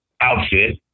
outfit